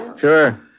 Sure